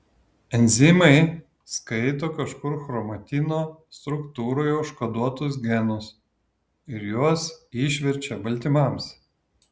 enzimai skaito kažkur chromatino struktūroje užkoduotus genus ir juos išverčia baltymams